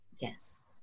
Yes